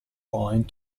point